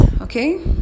okay